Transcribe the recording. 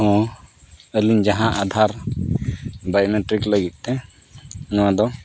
ᱦᱮᱸ ᱟᱹᱞᱤᱧ ᱡᱟᱦᱟᱸ ᱟᱫᱷᱟᱨ ᱵᱟᱭᱳᱢᱮᱴᱨᱤᱠ ᱞᱟᱹᱜᱤᱫ ᱛᱮ ᱱᱚᱣᱟ ᱫᱚ